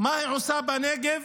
מה היא עושה בנגב